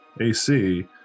AC